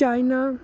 China